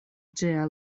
ĝia